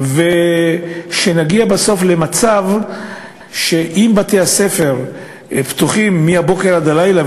ושנגיע בסוף למצב שאם בתי-הספר פתוחים מהבוקר עד הלילה,